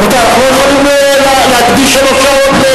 רבותי, אנחנו לא יכולים להקדיש שלוש שעות,